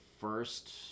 first